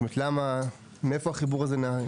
מאיפה החיבור הזה?